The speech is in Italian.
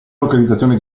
localizzazione